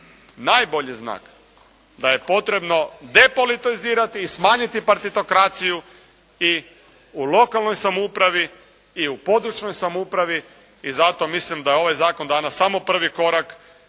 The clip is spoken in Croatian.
najbolji znak da je potrebno depolitizirati i smanjiti partitokraciju i u lokalnoj samoupravi i u područnoj samoupravi. I zato mislim da je ovaj Zakon danas samo prvi korak